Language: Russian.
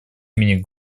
имени